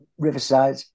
Riverside